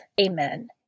Amen